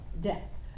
death